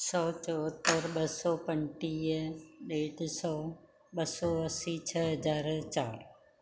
सौ चोहतरि ॿ सौ पंटीह ॾेढ सौ ॿ सौ असीं छह हज़ार चारि